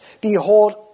Behold